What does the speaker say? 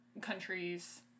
countries